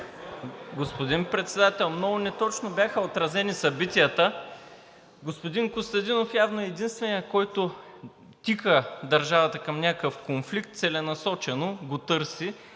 Господин Председател, много неточно бяха отразени събитията и господин Костадинов явно е единственият, който тика държавата към някакъв конфликт и целенасочено го търси…